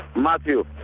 matthew.